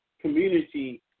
community